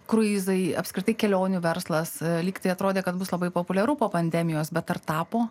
kruizai apskritai kelionių verslas lyg tai atrodė kad bus labai populiaru po pandemijos bet ar tapo